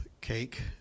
cake